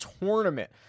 tournament